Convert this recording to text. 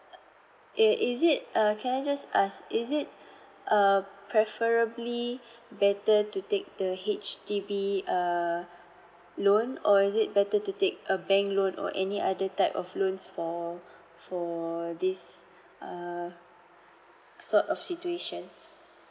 uh eh is it err can I just ask is it uh preferably better to take the H_D_B err loan or is it better to take a bank loan or any other type of loans for for this uh sort of situation